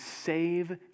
save